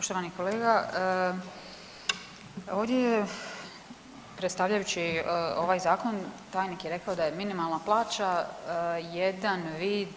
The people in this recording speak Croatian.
Poštovani kolega ovdje je predstavljajući ovaj Zakon tajnik je rekao da je minimalna plaća jedan vid